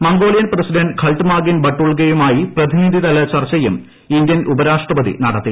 Mongolian president Khaltmaagiin ബട്ടുൾഗയുമായി പ്രതിനിധിതല ചർച്ചയൂം ഇന്ത്യൻ ഉപരാഷ്ട്രപതി നടത്തി